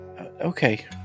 Okay